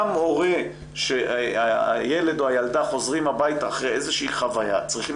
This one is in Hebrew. גם הורה שהילד או הילדה חוזרים הביתה אחרי איזושהי חוויה צריכים